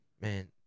Man